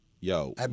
yo